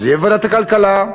זה יהיה בוועדת הכלכלה,